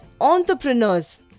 entrepreneurs